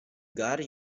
got